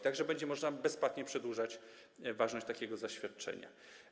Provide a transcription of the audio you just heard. Tak że będzie można bezpłatnie przedłużać ważność takiego zaświadczenia.